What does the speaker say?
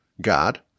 God